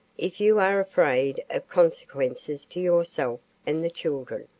if you are afraid of consequences to yourself and the children.